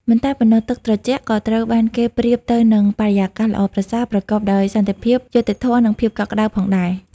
មិនតែប៉ុណ្ណោះ ទឹកត្រជាក់ ក៏ត្រូវបានគេប្រៀបទៅនឹង បរិយាកាសល្អប្រសើរ ប្រកបដោយសន្តិភាព យុត្តិធម៌ និងភាពកក់ក្ដៅផងដែរ។